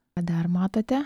ką dar matote